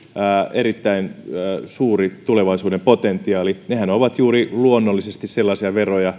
erittäin suuri tulevaisuuden potentiaali nehän ovat luonnollisesti juuri sellaisia veroja joiden